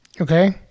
Okay